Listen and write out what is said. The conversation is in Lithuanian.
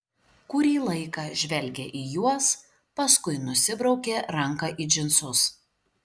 kurį laiką žvelgė į juos paskui nusibraukė ranką į džinsus